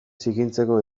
zikintzeko